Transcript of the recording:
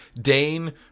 Dane